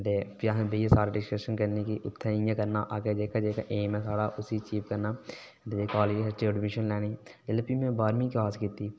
ते भी असें बेहियै सारें डिसकशन करनी कि उत्थै केह् करना अग्गें केह् एम ऐ साढ़ा उसी कियां अचिव करना ते काॅलेज च ऐडमिशन लैनी जेल्लै भी में बाह्रमीं पास कीती